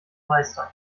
meistern